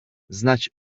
znać